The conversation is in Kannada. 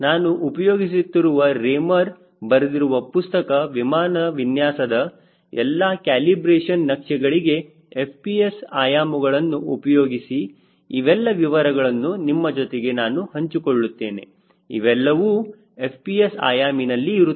ನಾನು ಉಪಯೋಗಿಸುತ್ತಿರುವ ರೇಮರ್ ಬರೆದಿರುವ ಪುಸ್ತಕ ವಿಮಾನ ವಿನ್ಯಾಸದ ಎಲ್ಲಾ ಕ್ಯಾಲಿಬ್ರೇಶನ್ ನಕ್ಷೆಗಳಿಗೆ FPS ಆಯಾಮಗಳನ್ನು ಉಪಯೋಗಿಸಿ ಇವೆಲ್ಲ ವಿವರಗಳನ್ನು ನಿಮ್ಮ ಜೊತೆಗೆ ನಾನು ಹಂಚಿಕೊಳ್ಳುತ್ತೇನೆ ಅವೆಲ್ಲವೂ FPS ಆಯಾಮಿನಲ್ಲಿ ಇರುತ್ತದೆ